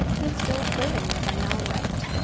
he is still living as i now write.